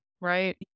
Right